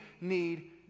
need